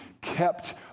kept